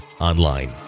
Online